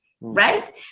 right